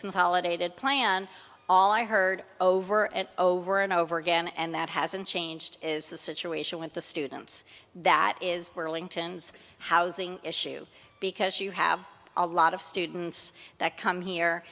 consolidated plan all i heard over and over and over again and that hasn't changed is the situation with the students that is willing to housing issue because you have a lot of students that come here